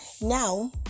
Now